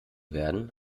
werden